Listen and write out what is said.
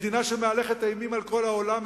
מדינה שמהלכת אימים על כל העולם,